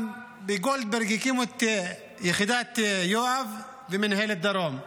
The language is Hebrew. עם גולדברג גם הקימו את יחידת יואב ומינהלת דרום,